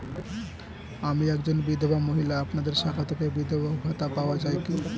আমি একজন বিধবা মহিলা আপনাদের শাখা থেকে বিধবা ভাতা পাওয়া যায় কি?